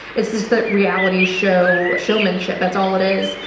it's just that reality show showmanship, that's all it is.